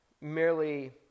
merely